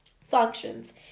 functions